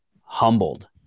humbled